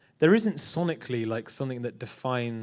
there isn't sonically like something that defines